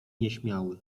nieśmiały